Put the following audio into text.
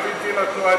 על-פי דין התנועה,